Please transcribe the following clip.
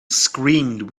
screamed